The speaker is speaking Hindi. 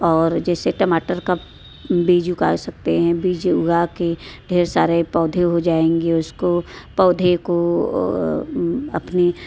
और जैसे टमाटर का बीज उगा सकते हैं बीज उगा के ढेर सारे पौधे हो जाएंगे उसको पौधे को अपने